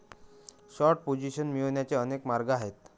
short position मिळवण्याचे अनेक मार्ग आहेत